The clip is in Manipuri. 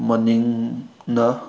ꯃꯅꯤꯡꯅ